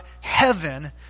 heaven